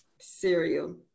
Cereal